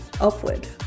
upward